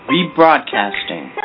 Rebroadcasting